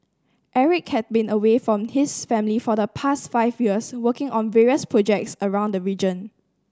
Eric had been away from his family for the past five years working on various projects around the region